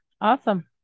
awesome